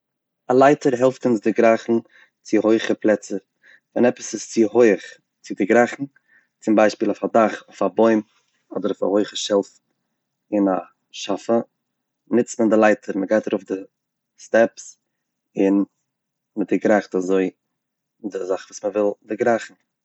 א לייטער העלפט אונז דערגרייכן צו הויעכע פלעצער, ווען עפעס איז צו הויעך צו דערגרייכן צום ביישפיל אויף א דאך, אויף א בוים, אדער אויף א הויעכע שעלף אין א שאפע נוצט מען די לייטער, מ'גייט ארויף די סטעפס און מ'דעגרייכט אזוי דער זאך וואס מ'וויל דערגרייכן.